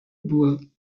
bois